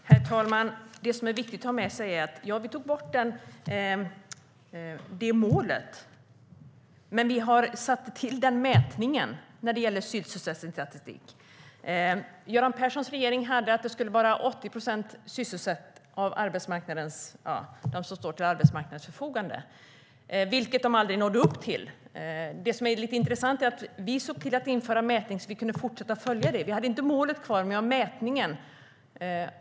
Herr talman! Det är viktigt att ha med sig att visst tog vi bort det målet, men vi tillsatte mätningen för sysselsättningsstatistik. Göran Perssons regering hade som mål att 80 procent av de som stod till arbetsmarknadens förfogande skulle vara sysselsatta, vilket de aldrig nådde upp till. Vi såg till att införa en mätning så att vi kunde fortsätta följa det. Vi hade inte kvar målet, men vi hade mätningen.